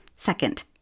Second